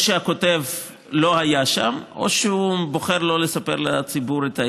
שהכותב לא היה שם או שהוא בוחר לא לספר לציבור את האמת.